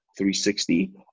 360